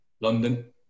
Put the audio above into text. London